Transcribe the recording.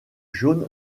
jaune